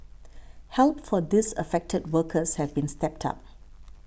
help for these affected workers has been stepped up